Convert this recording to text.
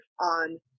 on